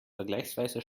vergleichsweise